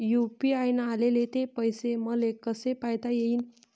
UPI न आले ते पैसे मले कसे पायता येईन?